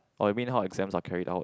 oh you mean how exams are carried out